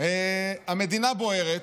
המדינה בוערת,